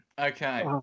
Okay